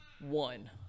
one